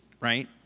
right